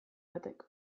batek